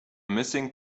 missing